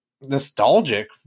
nostalgic